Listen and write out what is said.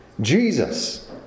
Jesus